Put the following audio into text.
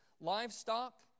Livestock